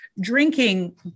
drinking